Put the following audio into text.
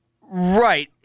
Right